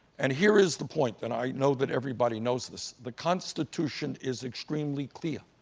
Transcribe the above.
and here is the point that i know that everybody knows this the constitution is extremely clear,